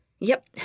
Yep